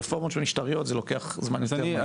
הרפורמות המשטריות לוקחות זמן יותר מהיר.